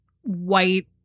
white